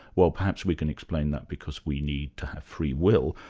well, perhaps we can explain that because we need to have freewill.